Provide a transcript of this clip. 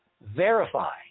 verify